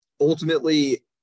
Ultimately